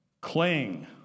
cling